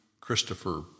Christopher